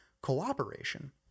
cooperation